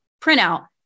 printout